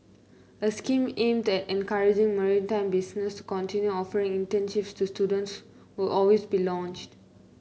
a scheme aimed at encouraging maritime businesses to continue offering internships to students will always be launched